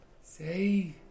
Say